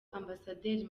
ambasaderi